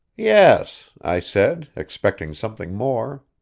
yes, i said, expecting something more.